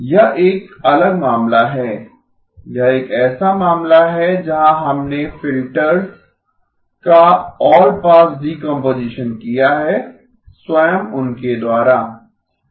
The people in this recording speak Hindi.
यह एक अलग मामला है यह एक ऐसा मामला है जहां हमने फिल्टर्स का ऑलपास डीकम्पोजीशन किया है स्वयं उनके द्वारा